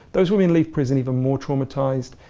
those women leave prison even more traumatised,